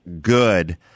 good